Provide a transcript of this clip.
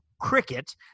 cricket